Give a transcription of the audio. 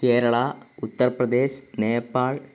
Keralam Uttar Pradesh Nepal